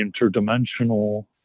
interdimensional